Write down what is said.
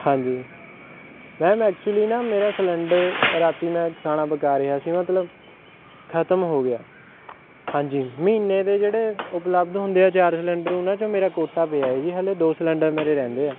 ਹਾਂਜੀ ma'am actually ਨਾ ਮੇਰਾ ਸਿਲੰਡਰ ਰਾਤੀਂ ਮੈਂ ਖਾਣਾ ਪਕਾ ਰਿਹਾ ਸੀ ਮਤਲਬ ਖਤਮ ਹੋ ਗਿਆ ਹਾਂਜੀ ਮਹੀਨੇ ਦੇ ਜਿਹੜੇ ਉਪਲਬਧ ਹੁੰਦੇ ਆ ਚਾਰ ਸਿਲੰਡਰ ਉਨ੍ਹਾਂ 'ਚੋਂ ਮੇਰਾ ਕੋਟਾ ਪਿਆ ਹੈ ਜੀ ਹਾਲੇ ਦੋ ਸਿਲੰਡਰ ਮੇਰੇ ਰਹਿੰਦੇ ਹੈ